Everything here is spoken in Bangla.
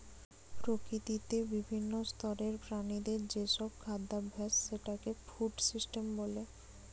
প্রকৃতিতে বিভিন্ন স্তরের প্রাণীদের যে খাদ্যাভাস সেটাকে ফুড সিস্টেম বলে